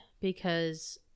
because-